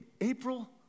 April